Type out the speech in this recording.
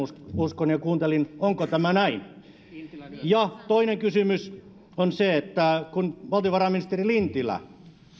uskon ja kuuntelin onko tämä näin toinen kysymys on kun te valtiovarainministeri lintilä